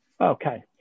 Okay